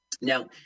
Now